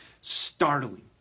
startling